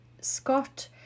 Scott